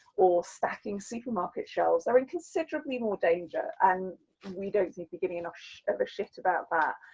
or stacking supermarket shelves, are in considerably more danger and we don't seem to be giving enough of a shit about that.